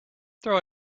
throw